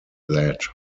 that